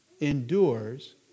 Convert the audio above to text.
endures